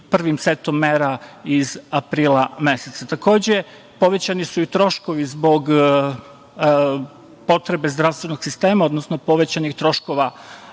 prvim setom mera iz aprila meseca. Takođe, povećani su i troškovi zbog potrebe zdravstvenog sistema, odnosno povećanih troškova